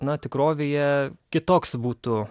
na tikrovėje kitoks būtų